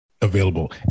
available